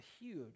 huge